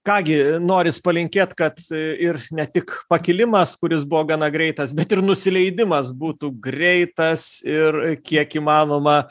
ką gi noris palinkėt kad ir ne tik pakilimas kuris buvo gana greitas bet ir nusileidimas būtų greitas ir kiek įmanoma